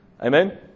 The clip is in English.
Amen